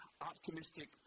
optimistic